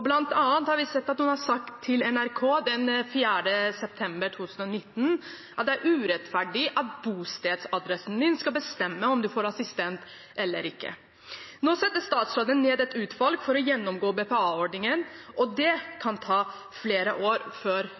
Blant annet sa hun til NRK den 4. september 2019 at det var «urettferdig at bostedsadressa di skal bestemme om du får assistent eller ikke». Nå setter statsråden ned et utvalg for å gjennomgå BPA-ordningen, og det kan ta flere år før